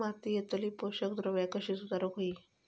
मातीयेतली पोषकद्रव्या कशी सुधारुक होई?